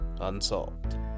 Unsolved